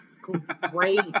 great